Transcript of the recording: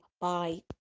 bye